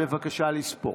בבקשה לספור.